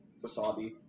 wasabi